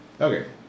Okay